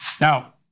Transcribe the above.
Now